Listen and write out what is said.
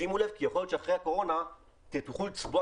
שימו לב כי יכול להיות שאחרי הקורונה תוכלו לצבוע